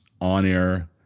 on-air